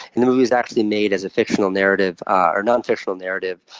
and the movie was actually made as a fictional narrative, or nonfictional narrative,